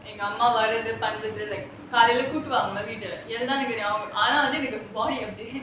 எங்க அம்மா வருது காலைல கூட்டுவாங்கல வீடு ஆனா வந்து எனக்கு பாடி அப்டியே:enga amma varuthu kaalaila kootuvangala veedu aana vanthu enakku paadi apdiyae